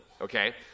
okay